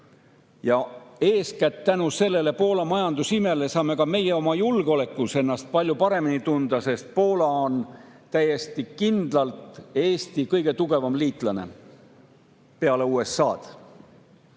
Eeskätt tänu sellele Poola majandusimele saame ka meie oma julgeolekus ennast palju paremini tunda, sest Poola on täiesti kindlalt Eesti kõige tugevam liitlane, peale USA.